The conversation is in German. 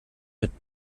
mit